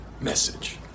message